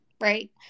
Right